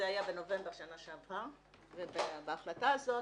זה היה בנובמבר שנה שעברה, ובהחלטה הזאת